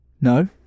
no